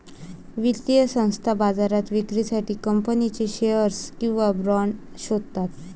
वित्तीय संस्था बाजारात विक्रीसाठी कंपनीचे शेअर्स किंवा बाँड शोधतात